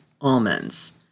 almonds